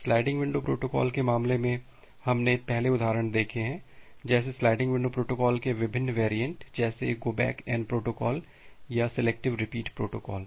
sliding window protocol के मामले में हमने पहले उदाहरण देखे हैं जैसे स्लाइडिंग विंडो प्रोटोकॉल के विभिन्न वेरिएंट जैसे गो बैक एन प्रोटोकॉल या सेलेक्टिव रिपीट प्रोटोकॉल